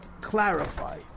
clarify